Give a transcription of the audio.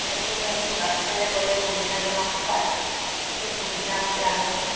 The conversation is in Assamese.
এনেকৈ আমি বাছেৰে গ'লে সুবিধাজনক হয় সেই সুবিধামতে আমি